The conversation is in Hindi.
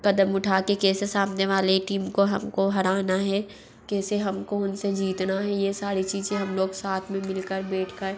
क़दम उठा के कैसे सामने वाले टीम को हम को हराना है कैसे हम को उन से जितना है ये सारी चीज़ें हम लोग साथ मे मिलकर बैठ कर